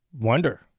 wonder